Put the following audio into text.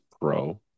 pro